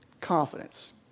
confidence